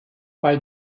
bei